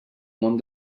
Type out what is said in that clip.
món